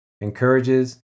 Encourages